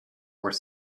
were